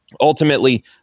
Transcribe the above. ultimately